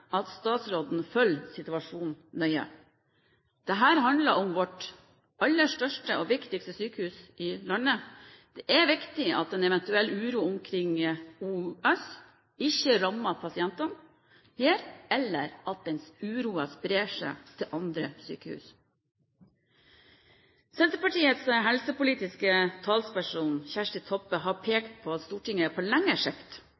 at statsråden følger situasjonen nøye. Dette handler om det aller største og viktigste sykehus i landet. Det er viktig at en eventuell videre uro omkring Oslo universitetssykehus ikke rammer pasientene der eller sprer seg til andre sykehus. Senterpartiets helsepolitiske talsperson, Kjersti Toppe, har pekt på at Stortinget på lengre sikt